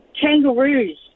kangaroos